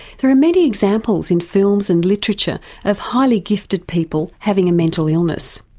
there are many examples in films and literature of highly gifted people having a mental illness.